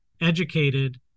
educated